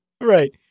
Right